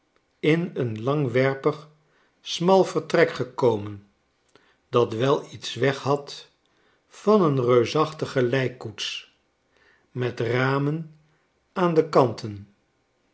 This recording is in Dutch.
in een langwerpig smal vertrek gekomen dat wel iets weg had van een reusachtige lijkkoets met ramen aan de kanten